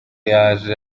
yaje